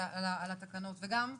על התקנות, וגם לך.